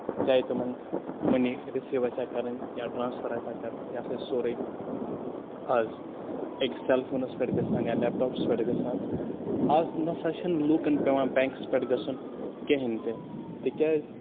چاہے تِمن money receive آسیا کَرٕنۍ یا ٹرانَسفر آسیا کَرٕنۍ یہِ ہسا چھُ سورُے آز أکِس سیلفونَس پٮ۪ٹھ گژھان یا لیپ ٹوپَس پٮ۪ٹھ گژھان اَز نہ سا چھُنہٕ لوٗکن پیوان بینکَس پٮ۪ٹھ گژھُن کِہینۍ تہِ تِکیازِ